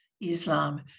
Islam